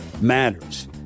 matters